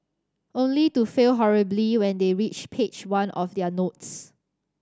only to fail horribly when they reach page one of their notes